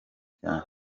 cyane